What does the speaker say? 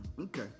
Okay